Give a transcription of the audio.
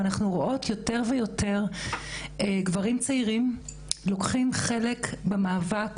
אנחנו רואות יותר ויותר גברים צעירים לוקחים חלק במאבק